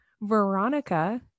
Veronica